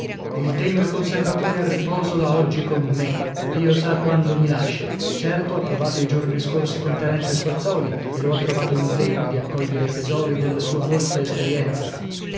il degno conservatore a riposo l'ha oggi con me dio sa quando mi lascia certo ha provato i giorni scorsi con terenzio spazzòli e lo ha trovato indegno di accogliere i tesori della sua molta esperienza